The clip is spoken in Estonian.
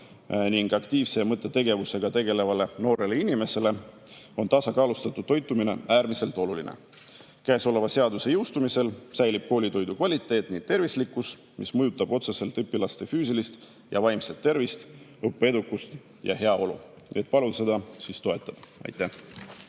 ning aktiivse mõttetegevusega tegelevale noorele inimesele on tasakaalustatud toitumine äärmiselt oluline. Käesoleva seaduse jõustumisel säilib koolitoidu kvaliteet ning tervislikkus, mis mõjutab otseselt õpilaste füüsilist ja vaimset tervist, õppeedukust ja heaolu. Palun seda [eelnõu] toetada!